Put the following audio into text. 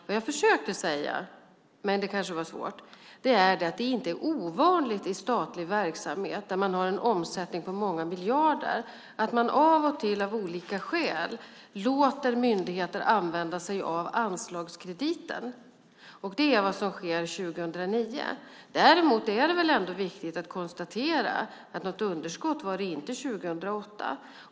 Vad jag försökte säga - men det kanske var svårt - var att det inte är ovanligt i statlig verksamhet där man har en omsättning på många miljarder att man av och till av olika skäl låter myndigheter använda sig av anslagskrediten. Det är vad som sker 2009. Däremot är det väl ändå viktigt att konstatera att det inte var något underskott 2008.